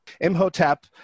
imhotep